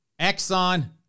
Exxon